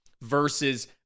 versus